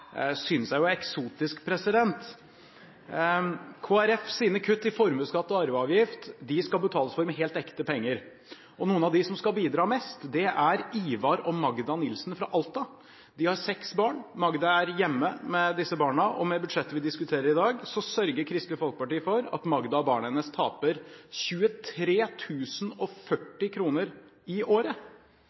synes jeg er eksotisk. Kristelig Folkepartis kutt i formuesskatt og arveavgift skal betales for med helt ekte penger. Noen av dem som skal bidra mest, er Ivar og Magda Nilsen fra Alta. De har seks barn. Magda er hjemme med disse barna, og med budsjettet vi diskuterer i dag, sørger Kristelig Folkeparti for at Magda og barna hennes taper 23 040 kr i året.